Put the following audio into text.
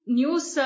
news